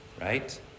right